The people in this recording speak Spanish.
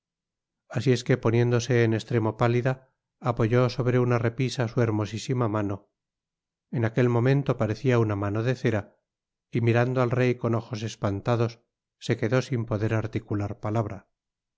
asi es que poniéndose en estremo pálida apoyó sobre una repisa su hermosisima mano en aquel momento parecia una mano de cera y mirando al rey con ojos espantados se quedó sin poder articular palabra